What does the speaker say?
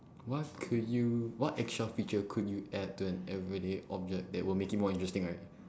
what could you what extra feature could you add to an everyday object that would make it more interesting right